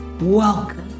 Welcome